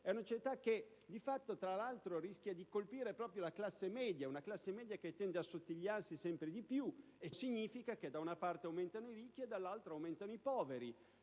insieme il Paese. La manovra rischia di colpire proprio la classe media, una classe media che tende ad assottigliarsi sempre di più. Ciò significa che da una parte aumentano i ricchi e dall'altra aumentano i poveri,